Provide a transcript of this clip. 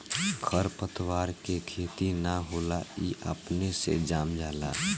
खर पतवार के खेती ना होला ई अपने से जाम जाला